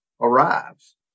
arrives